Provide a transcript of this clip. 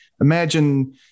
imagine